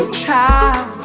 child